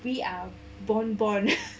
we are bon bon